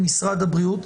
עם משרד הבריאות.